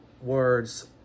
words